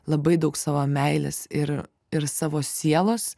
labai daug savo meilės ir ir savo sielos